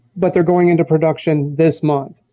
but they're going into production this month.